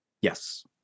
Yes